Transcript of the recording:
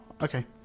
Okay